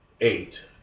eight